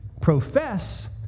profess